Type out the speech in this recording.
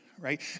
right